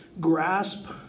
grasp